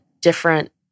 different